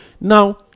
Now